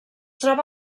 troba